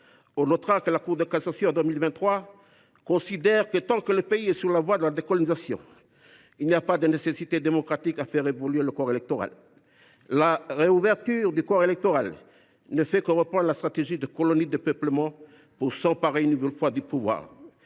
On notera qu’en 2023, la Cour de cassation a considéré que tant que le pays était sur la voie de la décolonisation, il n’y avait pas de nécessité démocratique à faire évoluer le corps électoral. La réouverture du corps électoral ne fait que reprendre la stratégie de colonie de peuplement pour s’emparer une nouvelle fois du pouvoir.